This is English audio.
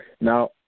Now